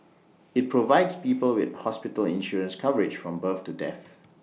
IT provides people with hospital insurance coverage from birth to death